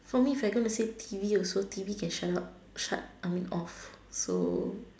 for me is I gonna say T_V also T_V can shut up shut I mean off so